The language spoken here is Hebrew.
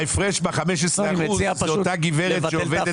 ההפרשה ב-15% זה אותה גברת שעובדת,